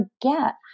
forget